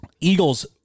Eagles